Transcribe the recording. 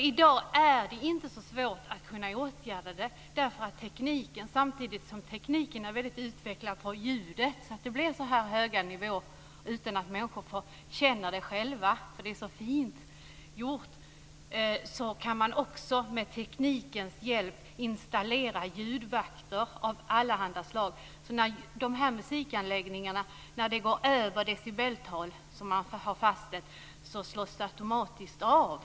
I dag är det inte så svårt att åtgärda detta. Tekniken för ljudet är väldigt utvecklad så att det blir så här höga nivåer utan att människor känner det själva eftersom det är så fint gjort. Samtidigt kan man med teknikens hjälp installera ljudvakter av allehanda slag. När musikanläggningarna överstiger de fastställda decibeltalen slås de automatiskt av.